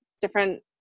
different